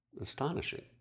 astonishing